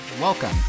Welcome